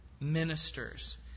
ministers